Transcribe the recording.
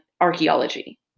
archaeology